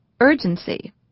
urgency